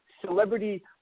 celebrity